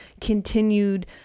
continued